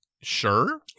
Sure